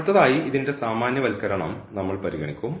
അടുത്തതായി ഇതിന്റെ സാമാന്യവൽക്കരണം നമ്മൾ പരിഗണിക്കും